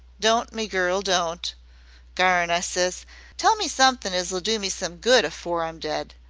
don't, me girl, don't garn, i ses tell me somethin as ll do me some good afore i'm dead!